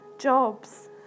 Jobs